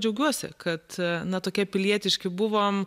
džiaugiuosi kad na tokie pilietiški buvom